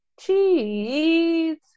Cheese